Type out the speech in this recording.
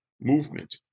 movement